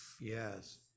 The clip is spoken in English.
yes